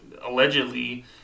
allegedly